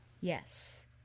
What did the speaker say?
Yes